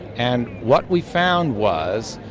and what we found was,